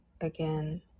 again